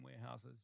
warehouses